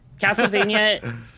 castlevania